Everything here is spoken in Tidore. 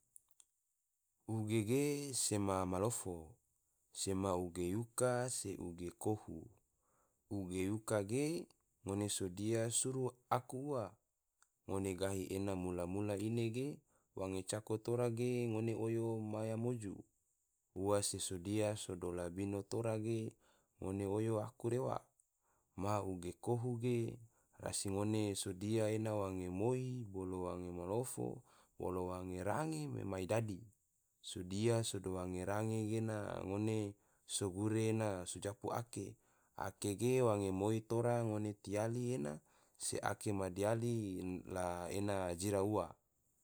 Uge ge sema malofo, sema uge yuka se uge kohu, uge yuka ge ngone sodia suru aku ua, ngone gahi ena mula mula ine ge wange cako tore ge ngone oyo maya moju ua se sodia sodo labino tora ge ngone oyo aku rewa. maha uge kohu ge rasi ngone sodia ena wange moi bolo wange malofo bolo wange range mai dadi, sodia sodo wange range gena ngone sogure ena sojaku ake, ake ge wange moi tora ngone tiali ena se ake madiali la ena jira ua